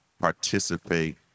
participate